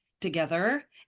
together